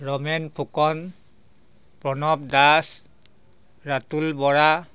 Ramen Phukan Pranab Das Ratul Bora